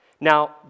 Now